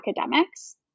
academics